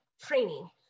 training